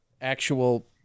actual